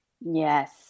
Yes